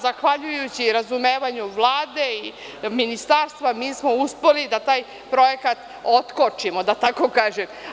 Zahvaljujući razumevanju Vlade i ministarstva, mi smo uspeli da taj projekat otkočimo, da tako kažem.